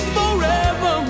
forever